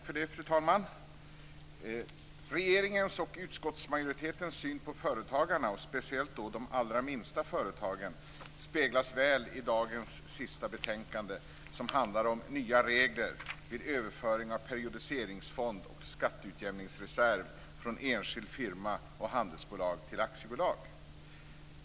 Fru talman! Regeringens och utskottsmajoritetens syn på företagarna, och speciellt då de allra minsta företagen, speglas väl i dagens sista betänkande, som handlar om nya regler vid överföring av periodiseringssfond och skatteutjämningsreserv från enskild firma och handelsbolag till aktiebolag.